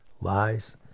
lies